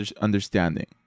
understanding